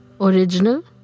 original